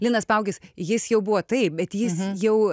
linas paugis jis jau buvo taip bet jis jau